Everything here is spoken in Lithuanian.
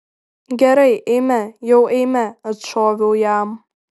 gerai eime jau eime atšoviau jam